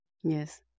Yes